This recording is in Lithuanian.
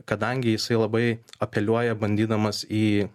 kadangi jisai labai apeliuoja bandydamas į